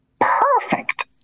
perfect